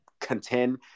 contend